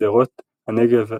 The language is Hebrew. שדרות הנגב הצפוני,